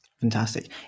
fantastic